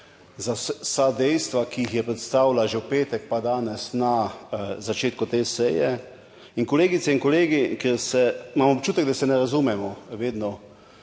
za vsa dejstva, ki jih je predstavila že v petek, pa danes na začetku te seje. In kolegice in kolegi, ker se, imam občutek, da se ne razumemo vedno,